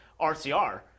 RCR